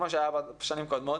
כמו שהיה בשנים קודמות,